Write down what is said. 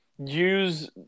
use